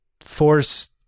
force